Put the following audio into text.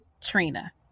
Trina